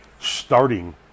starting